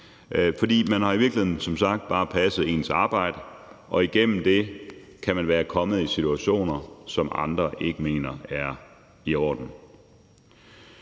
har som sagt i virkeligheden bare passet sit arbejde, og igennem det kan man være kommet i situationer, som andre ikke mener er i orden.